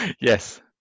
Yes